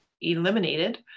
eliminated